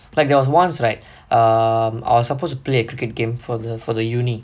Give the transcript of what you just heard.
like there was once right um I was supposed to play a cricket game for the for the university